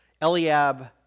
Eliab